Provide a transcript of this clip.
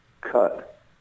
cut